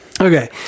Okay